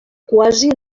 quasi